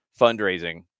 fundraising